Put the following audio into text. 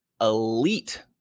elite